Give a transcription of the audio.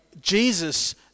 Jesus